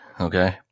Okay